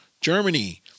Germany